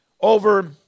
over